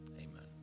Amen